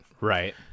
right